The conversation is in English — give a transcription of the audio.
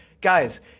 Guys